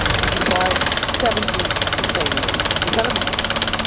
we defined seventeen sustainable development goals.